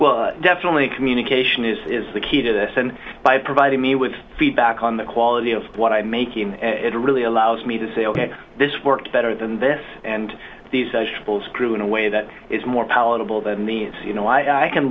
well definitely communication is the key to this and by providing me with feedback on the quality of what i make it really allows me to say ok this works better than this and these sociables grew in a way that is more palatable that means you know i can